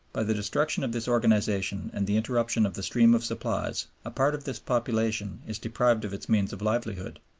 by the destruction of this organization and the interruption of the stream of supplies, a part of this population is deprived of its means of livelihood.